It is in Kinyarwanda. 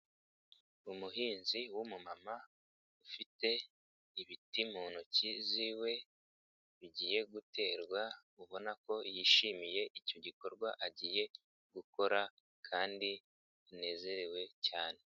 Umuhinzi w'umumama ufite ibiti mu ntoki ziwe bigiye guterwa ubona ko yishimiye icyo gikorwa agiye gukora kandi anezerewe cyane.